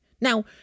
Now